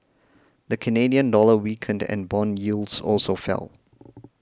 the Canadian dollar weakened and bond yields also fell